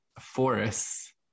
forests